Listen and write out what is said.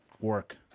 work